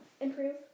Improve